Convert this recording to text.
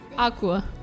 Aqua